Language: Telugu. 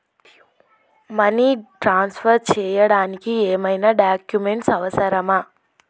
మనీ ట్రాన్స్ఫర్ చేయడానికి ఏమైనా డాక్యుమెంట్స్ అవసరమా?